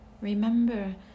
Remember